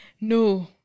No